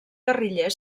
guerriller